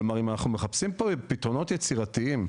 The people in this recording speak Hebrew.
כלומר, אם אנחנו מחפשים פתרונות יצירתיים,